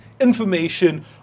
information